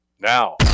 now